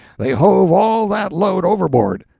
they hove all that load overboard.